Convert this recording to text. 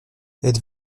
êtes